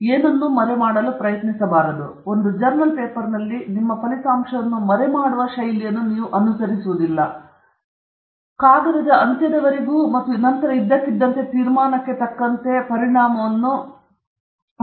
ನೀವು ಏನು ಮರೆಮಾಡಲು ಪ್ರಯತ್ನಿಸುವುದಿಲ್ಲ ಒಂದು ಜರ್ನಲ್ ಪೇಪರ್ನಲ್ಲಿ ನಿಮ್ಮ ಫಲಿತಾಂಶವನ್ನು ಮರೆಮಾಡುವ ಶೈಲಿಯನ್ನು ನೀವು ಅನುಸರಿಸುವುದಿಲ್ಲ ತದನಂತರ ಕಾಗದದ ಅಂತ್ಯದವರೆಗೂ ಮತ್ತು ನಂತರ ಇದ್ದಕ್ಕಿದ್ದಂತೆ ತೀರ್ಮಾನಕ್ಕೆ ತಕ್ಕಂತೆ ಪರಿಣಾಮವನ್ನು ಉಂಟುಮಾಡುತ್ತದೆ